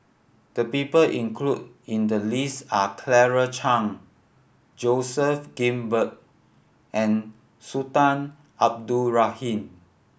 the people include in the list are Claire Chiang Joseph Grimberg and Sultan Abdul Rahman